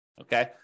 okay